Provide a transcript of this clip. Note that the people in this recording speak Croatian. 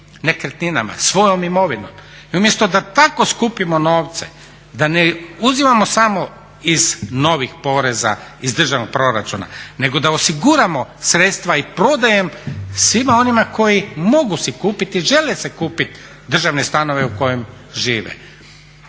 nekretninama, svojom imovinom. I umjesto da tako skupimo novce da ne uzimamo samo iz novih poreza, iz državnog proračuna nego da osiguramo sredstva i prodajom svima onima koji mogu si kupiti i žele si kupiti državne stanove u kojem žive.